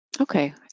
Okay